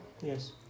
Yes